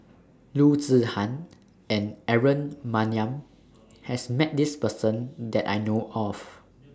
Loo Zihan and Aaron Maniam has Met This Person that I know of